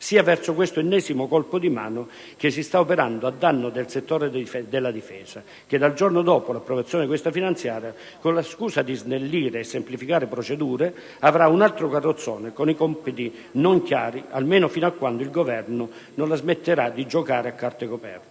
sia verso questo ennesimo colpo di mano che si sta operando a danno del settore della Difesa, che dal giorno dopo l'approvazione di questa finanziaria, con la scusa di snellire e semplificare procedure, avrà un altro carrozzone con compiti non chiari, almeno fino a quando il Governo non la smetterà di giocare a carte coperte,